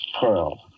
pearl